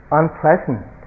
unpleasant